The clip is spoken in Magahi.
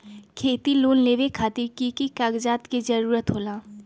खेती लोन लेबे खातिर की की कागजात के जरूरत होला?